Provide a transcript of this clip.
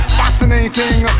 fascinating